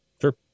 Sure